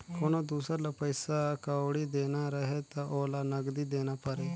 कोनो दुसर ल पइसा कउड़ी देना रहें त ओला नगदी देना परे